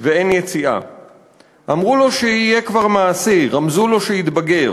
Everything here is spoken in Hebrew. ואין יציאה / אמרו לו שיהיה כבר מעשי / רמזו לו שיתבגר